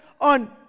on